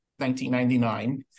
1999